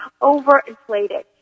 overinflated